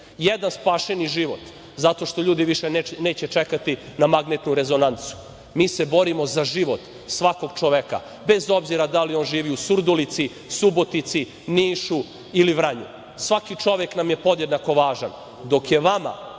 jedan spašeni život zato što ljudi više neće čekati na magnetnu rezonancu. Mi se borimo za život svakog čoveka, bez obzira da li on živi u Surdulici, Subotici, Nišu ili Vranju. Svaki čovek nam je podjednako važan, dok je vama